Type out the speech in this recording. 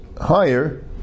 higher